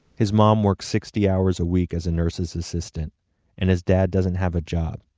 his mum works sixty hours a week as a nurse's assistant and his dad doesn't have a job.